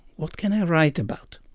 what can i write about.